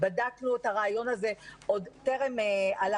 בדקנו את הרעיון הזה עוד טרם עלה,